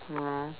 mm